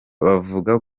bavuga